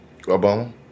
Obama